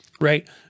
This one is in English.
right